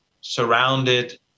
surrounded